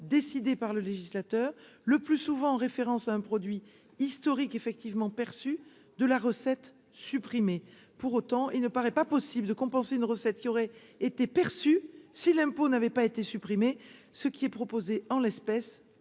décidée par le législateur, le plus souvent référence un produit historique effectivement perçu de la recette supprimer pour autant, il ne paraît pas possible de compenser une recette qui aurait été perçu si l'impôt n'avait pas été supprimé, ce qui est proposé en l'espèce,